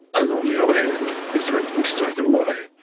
and on the other hand, they've threatened to take it away.